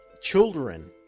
children